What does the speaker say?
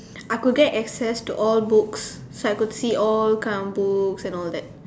I could get access to all books so I could see all kinds of books and all that